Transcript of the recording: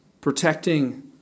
protecting